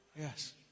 Yes